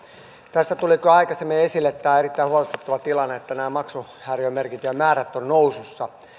tässä tuli kyllä aikaisemmin esille tämä erittäin huolestuttava tilanne että maksuhäiriömerkintöjen määrät ovat nousussa